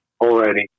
already